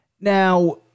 Now